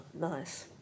nice